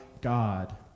God